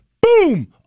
boom